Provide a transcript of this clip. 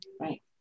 right